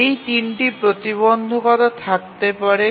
এই তিনটি প্রতিবন্ধকতা থাকতে পারে